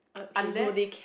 unless